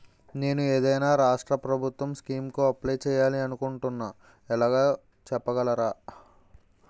నేను ఏదైనా రాష్ట్రం ప్రభుత్వం స్కీం కు అప్లై చేయాలి అనుకుంటున్నా ఎలాగో చెప్పగలరా?